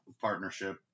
partnership